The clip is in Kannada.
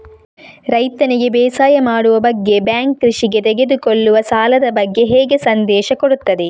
ರೈತನಿಗೆ ಬೇಸಾಯ ಮಾಡುವ ಬಗ್ಗೆ ಬ್ಯಾಂಕ್ ಕೃಷಿಗೆ ತೆಗೆದುಕೊಳ್ಳುವ ಸಾಲದ ಬಗ್ಗೆ ಹೇಗೆ ಸಂದೇಶ ಕೊಡುತ್ತದೆ?